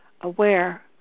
aware